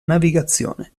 navigazione